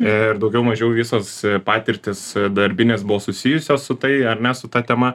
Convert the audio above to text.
ir daugiau mažiau visos patirtys darbinės buvo susijusios su tai ar ne su ta tema